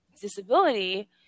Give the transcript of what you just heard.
disability